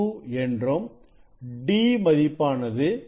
2 என்றும் d மதிப்பானது 0